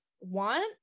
want